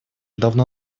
давно